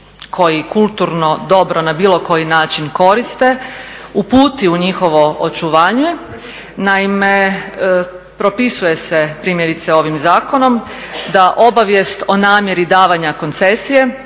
koji kulturno dobro na bilo koji način koriste uputi u njihovo očuvanje. Naime, propisuje se primjerice ovim zakonom da obavijest o namjeri davanja koncesije